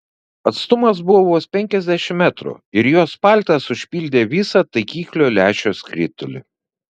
atstumas buvo vos penkiasdešimt metrų ir jos paltas užpildė visą taikiklio lęšio skritulį